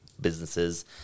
businesses